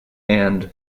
and